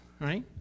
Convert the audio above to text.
right